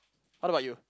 how about you